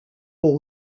ball